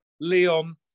Leon